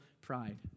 pride